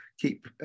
keep